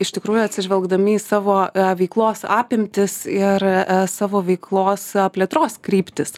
iš tikrųjų atsižvelgdami į savo veiklos apimtis ir savo veiklos plėtros kryptis